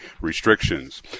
restrictions